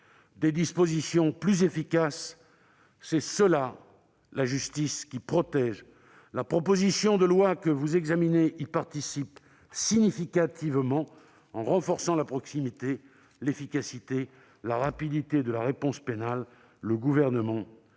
des dispositions plus efficaces : voilà la justice qui protège ! La proposition de loi que vous examinez y participe significativement, en renforçant la proximité, l'efficacité et la rapidité de la réponse pénale. Le Gouvernement